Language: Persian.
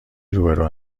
روبرو